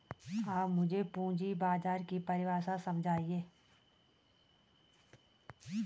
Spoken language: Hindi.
आप मुझे पूंजी बाजार की परिभाषा समझाइए